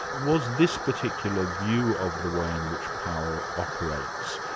was this particular view of the way in which power operates,